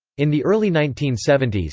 in the early nineteen seventy s,